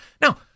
Now